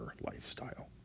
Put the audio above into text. lifestyle